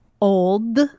old